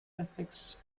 prefix